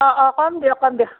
অ' অ' কম দিয়ক কম দিয়ক